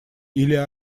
или